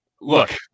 look